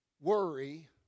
Worry